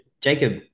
Jacob